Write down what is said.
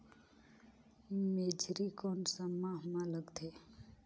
मेझरी कोन सा माह मां लगथे